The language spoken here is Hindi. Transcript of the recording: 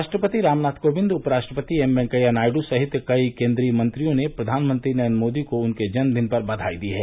राष्ट्रपति रामनाथ कोविंद उप राष्ट्रपति एम वेंकैया नायड् सहित कई केन्द्रीय मंत्रियों ने प्रधानमंत्री नरेन्द्र मोदी को उनके जन्मदिन पर बधाई दी है